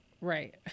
right